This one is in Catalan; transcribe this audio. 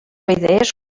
idees